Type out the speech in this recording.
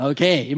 Okay